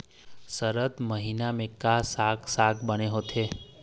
सरद महीना म का साक साग बने होथे?